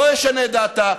לא ישנה את דעתה,